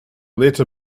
later